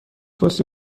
پستی